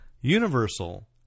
Universal